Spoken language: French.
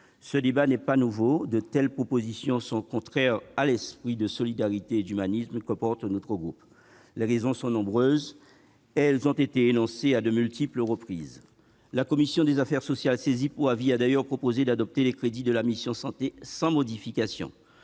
Ce débat n'est pas nouveau. De telles propositions sont contraires à l'esprit de solidarité et d'humanisme qui anime notre groupe. Les raisons en sont nombreuses et elles ont été énoncées à de multiples reprises. La commission des affaires sociales, saisie pour avis, a d'ailleurs proposé d'adopter les crédits de la mission « Santé » sans modification.